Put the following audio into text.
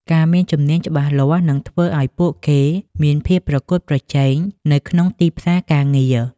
ការមានជំនាញច្បាស់លាស់នឹងធ្វើឱ្យពួកគេមានភាពប្រកួតប្រជែងនៅក្នុងទីផ្សារការងារ។